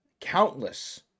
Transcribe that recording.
countless